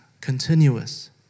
Continuous